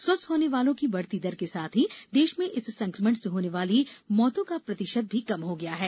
स्वस्थ होने वालों की बढती दर के साथ ही देश में इस संक्रमण से होने वाली मौतों का प्रतिशत भी कम हो गया है